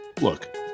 Look